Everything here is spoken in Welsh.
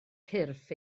cyrff